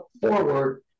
forward